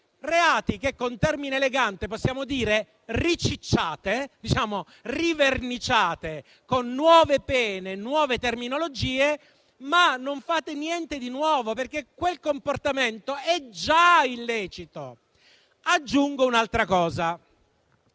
reati, che con termine elegante possiamo dire che ricicciate o riverniciate con nuove pene e nuove terminologie, ma non fate niente di nuovo, perché quei comportamenti sono già illeciti. [**Presidenza del